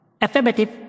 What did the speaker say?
Affirmative